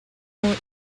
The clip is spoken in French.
ont